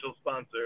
sponsor